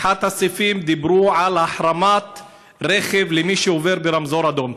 באחד הסעיפים דיברו על החרמת רכב למי שעובר ברמזור אדום.